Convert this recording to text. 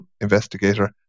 investigator